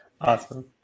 Awesome